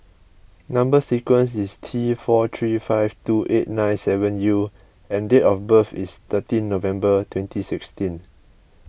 Number Sequence is T four three five two eight nine seven U and date of birth is thirteen November twenty sixteen